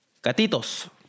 Catitos